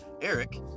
Eric